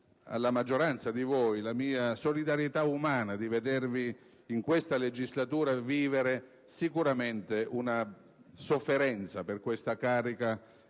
alla maggioranza di voi la mia solidarietà umana nel vedervi in questa legislatura vivere una sofferenza per questa carica,